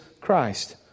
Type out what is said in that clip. Christ